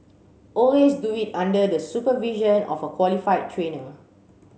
always do it under the supervision of a qualified trainer